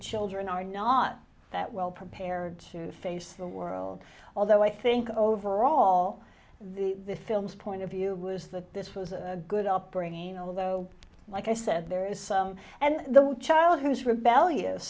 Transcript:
children are not that well prepared to face the world although i think overall the films point of view was that this was a good upbringing although like i said there is some and the child who is rebellious